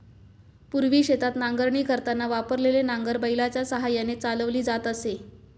पूर्वी शेतात नांगरणी करताना वापरलेले नांगर बैलाच्या साहाय्याने चालवली जात असे